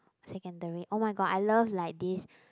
secondary oh-my-god I love like this